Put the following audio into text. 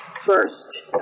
first